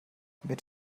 mit